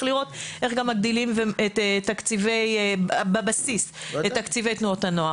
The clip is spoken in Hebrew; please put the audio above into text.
לראות איך גם מגדילים בבסיס את תקציבי תנועות הנוער,